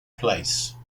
place